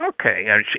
Okay